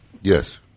Yes